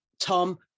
Tom